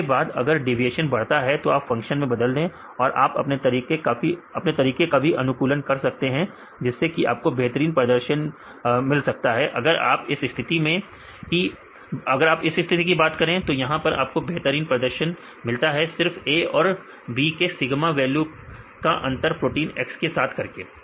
इसके बाद अगर डेविएशन बढ़ता है तो आप फंक्शन को बदल दे और आप अपनी तरीके काफी अनुकूलन कर सकते हैं जिससे कि आपको बेहतरीन प्रदर्शन भी ले अगर आप इस स्थिति की बात करें तो यहां पर आपको बेहतर प्रदर्शन मिलता है सिर्फ A और B के सिगमा वैल्यू का अंतर प्रोटीन X के साथ करके